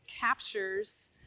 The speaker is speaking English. captures